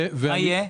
מה יהיה?